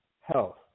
health